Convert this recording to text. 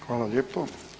Hvala lijepo.